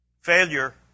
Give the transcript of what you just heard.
Failure